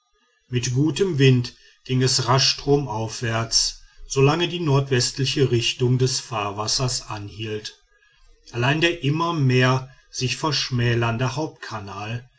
mit gutem wind ging es rasch stromaufwärts solange die nordwestliche richtung des fahrwassers anhielt allein der immer mehr sich verschmälernde hauptkanal